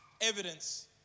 evidence